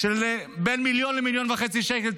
של בין מיליון ל-1.5 מיליון שקל,